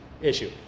issue